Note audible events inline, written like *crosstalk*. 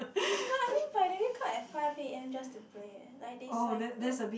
*breath* but I mean but they wake up at five a_m just to play eh like they cycle